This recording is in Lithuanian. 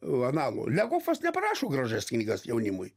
analų legofas neparašo gražias knygas jaunimui